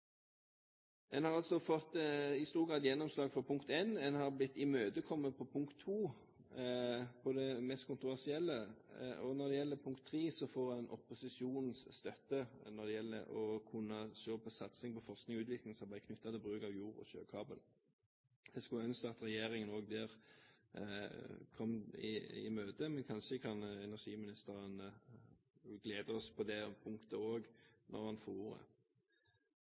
En har altså i stor grad fått gjennomslag for punkt én. En har blitt imøtekommet på punkt to, på det mest kontroversielle, og på punkt tre får en opposisjonens støtte når det gjelder å styrke satsingen på forsknings- og utviklingsarbeid knyttet til bruk av jord- og sjøkabel. Jeg skulle ønske at regjeringen også der kom oss i møte, men kanskje kan energiministeren glede oss på det punktet også når han får ordet.